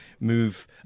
move